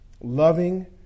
loving